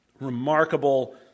remarkable